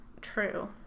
true